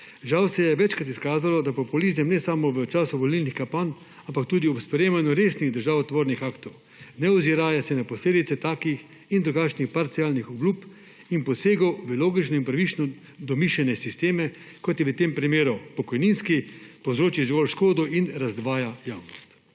žalost se je večkrat izkazalo, da populizem ne samo v času volilnih kampanj, ampak tudi ob sprejemanju resnih državotvornih aktov, ne oziraje se na posledice takih in drugačnih parcialnih obljub in posegov v logično in pravično domišljene sisteme, kot je v tem primeru pokojninski, povzročil že dovolj škode in razdvaja javnost.